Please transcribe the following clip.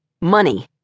money